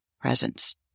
presence